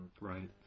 Right